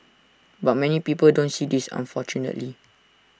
but many people don't see this unfortunately